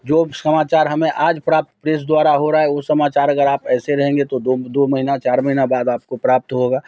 जो समाचार हमें आज प्राप्त प्रेस द्वारा हो रहा है वो समाचार अगर आप ऐसे रहेंगे तो दो दो महिना चार महिना बाद आप को प्राप्त होगा